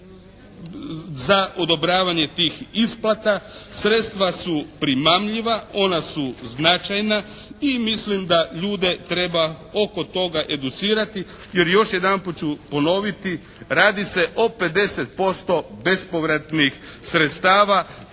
za odobravanje tih isplata. Sredstva su primamljiva, ona su značajna i mislim da ljude treba oko toga educirati. Još jedanput ću ponoviti, radi se o 50% bespovratnih sredstava